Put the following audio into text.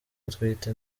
atwite